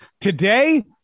Today